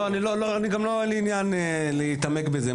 לא, גם אין לי עניין להתעמק בזה.